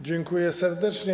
Dziękuję serdecznie.